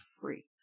free